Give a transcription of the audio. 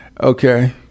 Okay